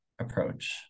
approach